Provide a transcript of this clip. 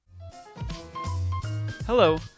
hello